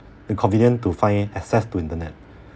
the convenience to find access to internet